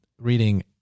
reading